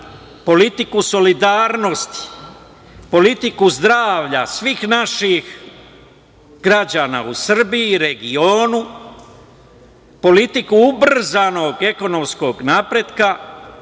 politiku solidarnosti, politiku zdravlja svih naših građana u Srbiji, u regionu, politiku ubrzanog ekonomskog napretka